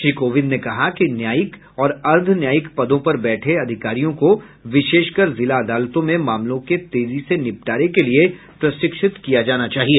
श्री कोविंद ने कहा कि न्यायिक और अर्दध न्यायिक पदों पर बैठे अधिकारियों को विशेषकर जिला अदालतों में मामलों के तेजी से निपटारे के लिए प्रशिक्षित किया जाना चाहिए